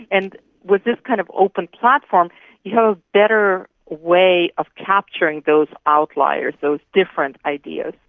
and with this kind of open platform you have a better way of capturing those outliers, those different ideas.